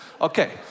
Okay